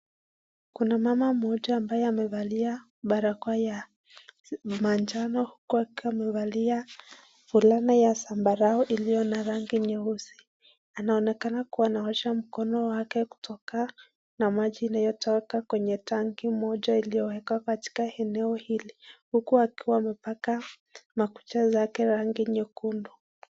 Kuna mama mmoja ambaye amevalia barakoa ya majano huku akiwa amevalia fulana ya zambarau iliyo na rangi nyeusi anaonekana kuwa anaosha mkono wake kutoka na maji inayotoka kwenye tanki moja iliyowekwa katika eneo hili huku akiwa amepaka makucha zake rangi nyekundu.